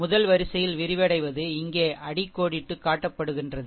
முதல் வரிசையில் விரிவடைவது இங்கே அடிக்கோடிட்டுக் காட்டப்படுகின்றன